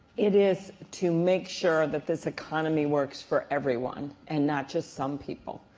it is to make sure that this economy works for everyone and not just some people.